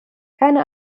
keine